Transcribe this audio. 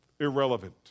irrelevant